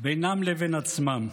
בינם לבין עצמם.